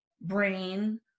brain